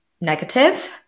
negative